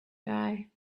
guy